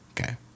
Okay